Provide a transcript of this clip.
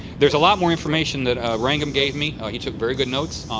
there's a lot more information that rangam gave me. ah he took very good notes,